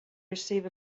receive